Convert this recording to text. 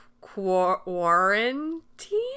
quarantine